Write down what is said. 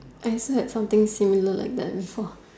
I felt something similar like that before